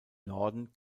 norden